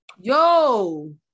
Yo